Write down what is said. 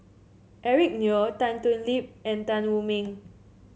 Eric Neo Tan Thoon Lip and Tan Wu Meng